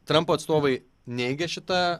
trampo atstovai neigia šitą